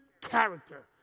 character